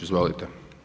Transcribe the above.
Izvolite.